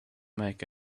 make